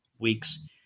weeks